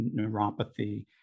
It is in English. neuropathy